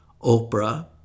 Oprah